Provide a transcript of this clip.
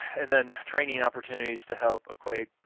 and then training opportunities to help acquaint